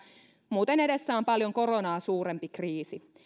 muuten edessä on paljon koronaa suurempi kriisi